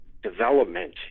development